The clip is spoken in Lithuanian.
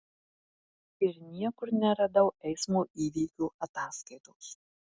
ir niekur neradau eismo įvykio ataskaitos